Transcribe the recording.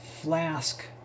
flask